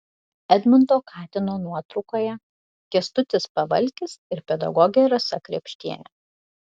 edmundo katino nuotraukoje kęstutis pavalkis ir pedagogė rasa krėpštienė